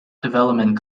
development